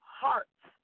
hearts